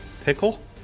pickle